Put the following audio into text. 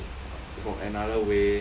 for another way